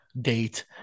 date